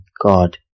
God